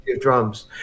drums